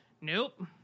nope